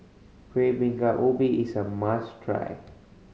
Kueh Bingka Ubi is a must try